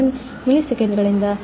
1 ಮಿಲಿಸೆಕೆಂಡುಗಳಿಂದ 0